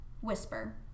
whisper